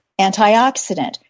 antioxidant